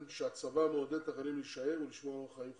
הצבא מעודד את החיילים להישאר ולשמור על אורח חיים חרדי.